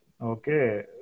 okay